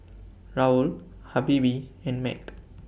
Raoul Habibie and Mac